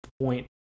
point